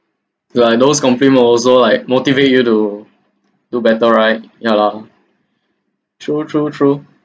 yeah I know compliments also like motivate you to do better right ya lah true true true